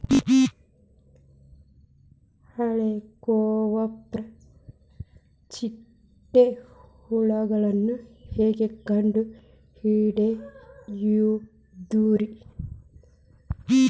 ಹೇಳಿಕೋವಪ್ರ ಚಿಟ್ಟೆ ಹುಳುಗಳನ್ನು ಹೆಂಗ್ ಕಂಡು ಹಿಡಿಯುದುರಿ?